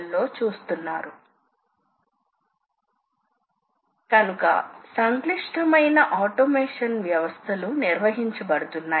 అది పని అయినా లేదా సాధనం అయినా నా ఒక అక్షం వెంట కదల గలదు మరియు తిరిగే టప్పుడు ఒక పని రెక్టిలీనియార్ మోషన్ తో ఉంటుంది